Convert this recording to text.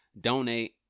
donate